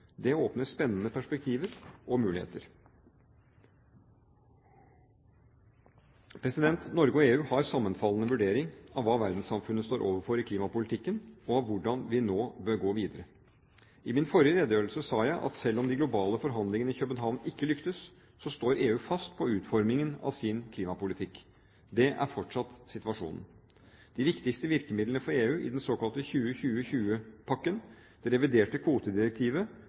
Det åpner spennende perspektiver og muligheter. Norge og EU har sammenfallende vurdering av hva verdenssamfunnet står overfor i klimapolitikken, og av hvordan vi nå bør gå videre. I min forrige redegjørelse sa jeg at selv om de globale forhandlingene i København ikke lyktes, står EU fast på utformingen av sin klimapolitikk. Det er fortsatt situasjonen. De viktigste virkemidlene for EU i den såkalte 20-20-20-pakken, det reviderte kvotedirektivet